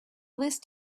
list